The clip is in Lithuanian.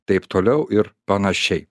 taip toliau ir panašiai